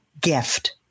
gift